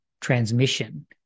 transmission